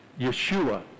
Yeshua